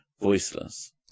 voiceless